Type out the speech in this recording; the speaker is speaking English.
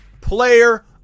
player